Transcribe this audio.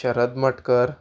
Sharad Matkar